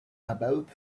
about